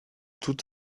tout